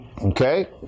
Okay